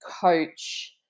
coach